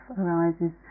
arises